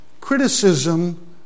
Criticism